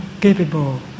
capable